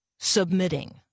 submitting